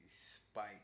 spike